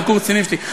בקורס הקצינים שלי.